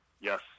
yes